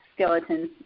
skeletons